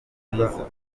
mwiza